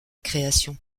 création